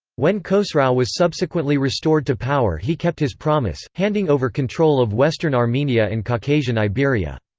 when khosrau was subsequently restored to power he kept his promise, handing over control of western armenia and caucasian iberia.